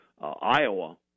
Iowa